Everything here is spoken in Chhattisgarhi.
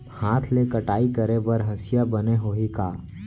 हाथ ले कटाई करे बर हसिया बने होही का?